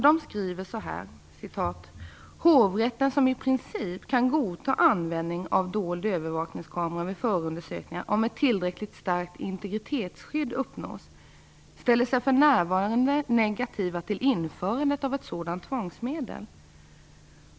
De skriver: Hovrätten, som i princip kan godta användning av dold övervakningskamera vid förundersökningar om ett tillräckligt starkt integritetsskydd uppnås, ställer sig för närvarande negativ till genomförandet av ett sådant tvångsmedel.